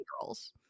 Girls